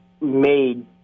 made